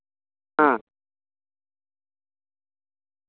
ᱦᱮᱸ